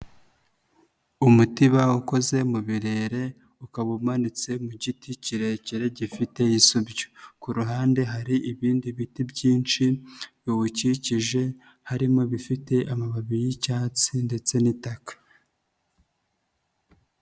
Umutiba ukoze mu birere ukaba umanitse mu giti kirekire gifite isubyo, ku ruhande hari ibindi biti byinshi biwukikije harimo ibifite amababi y'icyatsi ndetse n'itaka.